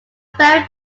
vary